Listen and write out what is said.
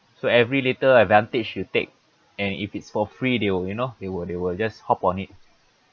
so every little advantage you take and if it's for free they will you know they will they will just hop on it